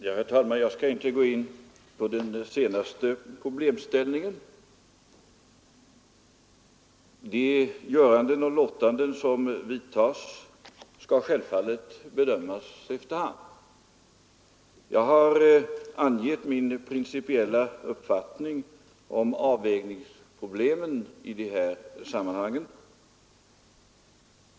Herr talman! Jag skall inte gå in på den senaste problemställningen. Våra göranden och låtanden i det sammanhanget får självfallet bedömas efter hand. Jag har angivit min principiella uppfattning om avvägningsproblemen i de här sammanhangen.